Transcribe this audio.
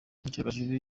icyogajuru